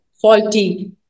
faulty